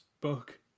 book